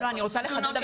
אני רוצה לחדד.